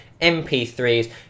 MP3s